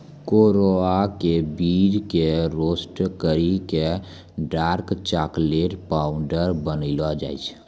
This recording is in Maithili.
कोकोआ के बीज कॅ रोस्ट करी क डार्क चाकलेट पाउडर बनैलो जाय छै